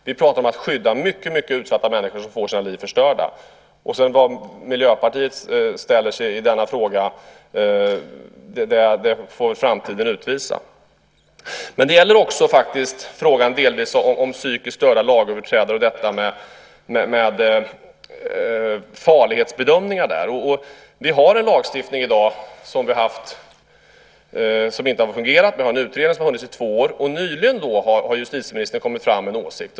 Vi pratar om att skydda mycket utsatta människor som får sina liv förstörda. Var Miljöpartiet ställer sig i denna fråga får framtiden utvisa. Det gäller också delvis frågan om psykiskt störda lagöverträdare och farlighetsbedömningar där. Vi har en lagstiftning i dag, som vi har haft men som inte har fungerat, och en utredning som har funnits i två år. Nyligen har justitieministern kommit fram med en åsikt.